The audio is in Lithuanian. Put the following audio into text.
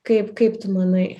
kaip kaip tu manai